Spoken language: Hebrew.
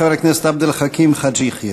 חבר הכנסת עבד אל חכים חאג' יחיא.